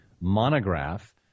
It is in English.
monograph